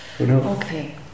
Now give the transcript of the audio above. Okay